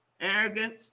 arrogance